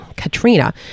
Katrina